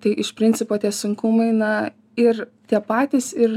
tai iš principo tie sunkumai na ir tie patys ir